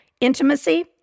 Intimacy